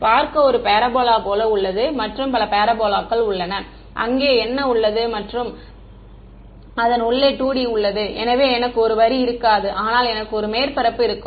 பார்க்க ஒரு பாராபோலா போல உள்ளது மற்றும் பல பாராபோலாக்கள் உள்ளன அங்கே என்ன உள்ளது மற்றும் அதன் உள்ளே 2D உள்ளது எனவே எனக்கு ஒரு வரி இருக்காது ஆனால் எனக்கு ஒரு மேற்பரப்பு இருக்கும்